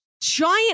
giant